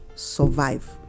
Survive